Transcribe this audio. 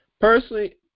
personally